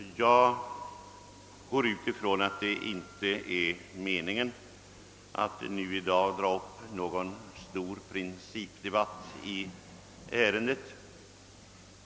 Jag utgår från att det inte är meningen att i dag dra upp någon stor principdebatt i ärendet.